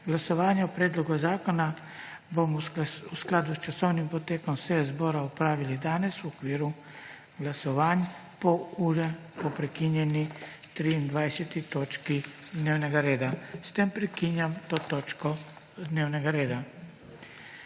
Glasovanje o predlogu zakona bomo v skladu s časovnim potekom seje zbora opravili danes v okviru glasovanj, pol ure po prekinjeni 23. točki dnevnega reda. S tem prekinjam to točko dnevnega reda.